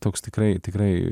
toks tikrai tikrai